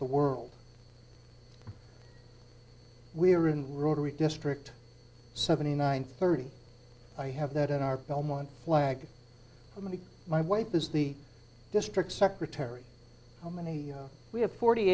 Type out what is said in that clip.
the world we are in rotary district seventy nine thirty i have that in our government flag going to my wife is the district secretary how many we have forty